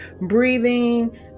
breathing